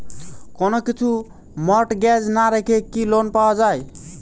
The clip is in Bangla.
কোন কিছু মর্টগেজ না রেখে কি লোন পাওয়া য়ায়?